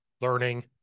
learning